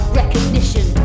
recognition